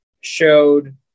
showed